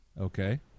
Okay